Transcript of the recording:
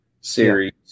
series